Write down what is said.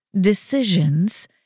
decisions